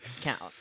count